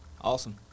Awesome